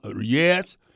Yes